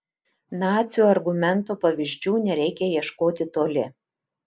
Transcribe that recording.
nacių argumento pavyzdžių nereikia ieškoti toli